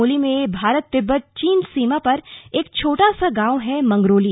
चमोली में भारत तिब्बत चीन सीमा पर एक छोटा सा गांव है मंगरोली